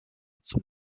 zum